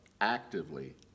actively